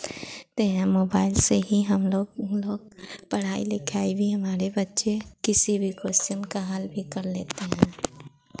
ते हैं मोबाइल से ही हम लोग उन लोग पढ़ाई लिखाई भी हमारे बच्चे किसी भी कोश्चन का हल भी कर लेते हैं